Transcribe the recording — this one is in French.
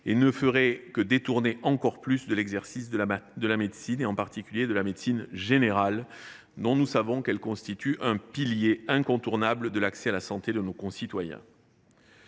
et ne ferait que détourner plus encore de l’exercice de la médecine, en particulier de la médecine générale, qui constitue, nous le savons bien, un pilier incontournable de l’accès à la santé de nos concitoyens.